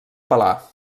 pelar